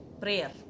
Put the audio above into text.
prayer